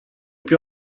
più